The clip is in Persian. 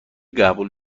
قبول